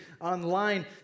online